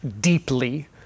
deeply